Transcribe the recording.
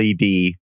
LED